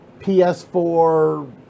PS4